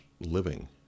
living